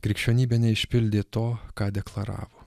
krikščionybė neišpildė to ką deklaravo